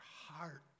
heart